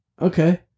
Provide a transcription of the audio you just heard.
Okay